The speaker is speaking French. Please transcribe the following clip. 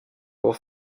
pour